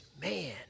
man